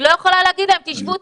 היא לא יכולה להגיד להם תשבו,